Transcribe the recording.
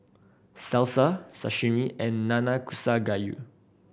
Salsa Sashimi and Nanakusa Gayu